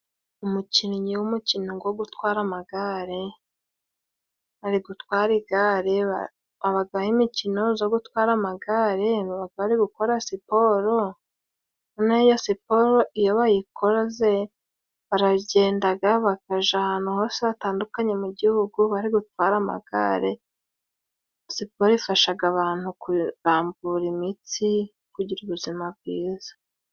Umukinnyi w'umukino wo gutwara amagare, ari gutwara igare. Habaho imikino yo gutwara amagare bari gukora siporo. Noneho iyo siporo iyo bayikoze baragenda bakajya ahantu henshi hatandukanye mu Gihugu bari gutwara amagare. Siporo ifasha abantu kurambura imitsi, kugira ubuzima bwiza.